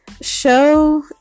Show